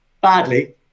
badly